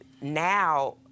now